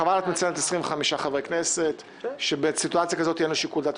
חוות הדעת מציינת 25 חברי כנסת שבסיטואציה כזו אין לו שיקול דעת,